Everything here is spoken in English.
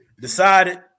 decided